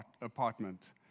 apartment